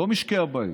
לא משקי הבית,